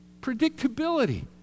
Predictability